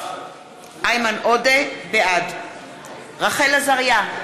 בעד רחל עזריה,